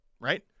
right